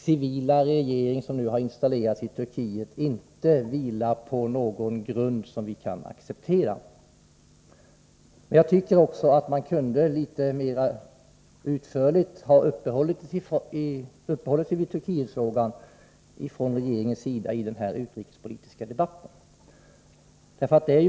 civila regering som nu installerats i Turkiet inte vilar på någon grund som vi kan acceptera. Men jag tycker också att man från regeringens sida litet mer utförligt kunde ha uppehållit sig vid Turkietfrågan i den utrikespolitiska debatten.